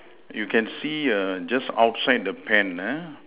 you can see err just outside the pen ah